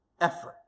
effort